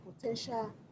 potential